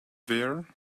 there